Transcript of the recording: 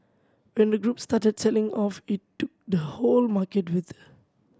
when the group started selling off it took the whole market with